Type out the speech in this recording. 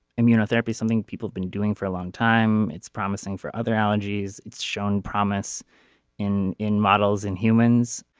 immunotherapy something people been doing for a long time. it's promising for other allergies. it's shown promise in in models in humans.